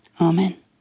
Amen